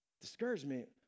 Discouragement